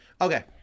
Okay